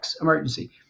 emergency